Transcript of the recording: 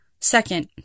Second